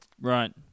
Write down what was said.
Right